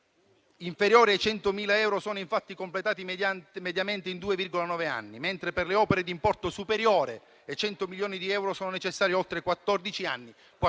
inferiori ai 100 milioni di euro sono infatti completati mediamente in 2,9 anni, mentre per le opere di importo superiore ai 100 milioni di euro sono necessari oltre